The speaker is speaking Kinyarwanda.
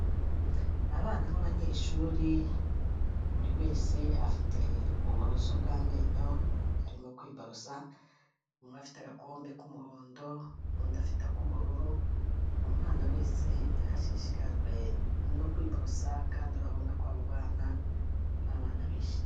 Abana b'abanyeshuri buri wese afite uburoso bw'amenyo arimo kwiborosa, umwe afite agakombe k'umuhondo undi afite ak'ubururu, umwana wese ashishikajwe no kwiborosa kandi urabona ko abo bana ari abana bishimye.